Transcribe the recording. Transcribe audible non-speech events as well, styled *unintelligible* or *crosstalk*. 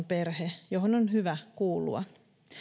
*unintelligible* perhe johon on hyvä kuulua